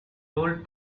told